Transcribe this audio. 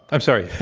i'm sorry.